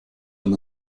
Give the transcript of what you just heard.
and